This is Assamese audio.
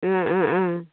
অঁ অঁ অঁ